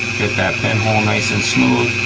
get that pinhole nice and smooth.